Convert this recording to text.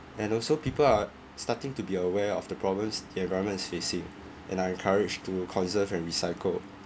and also people are starting to be aware of the problems the environment is facing and are encouraged to conserve and recycle